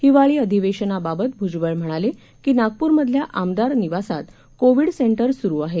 हिवाळी अधिवेशनाबाबत भूजबळ म्हणाले की नागपूरमधल्या आमदार निवासात कोविड सें वि सुरू आहे